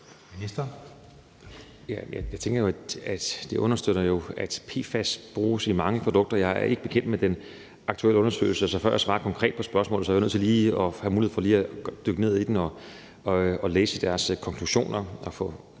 Jeg tænker, at det understøtter, at PFAS bruges i mange produkter. Jeg er ikke bekendt med den aktuelle undersøgelse, så før jeg svarer konkret på spørgsmålet, er jeg nødt til lige at have mulighed for at dykke ned i den og læse deres konklusioner